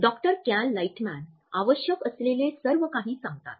doctor Cal Lightman आवश्यक असलेले सर्व काही सांगतात